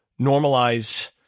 normalize